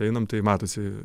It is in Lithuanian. einam tai matosi